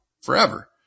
forever